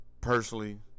Personally